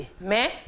Mais